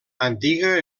antiga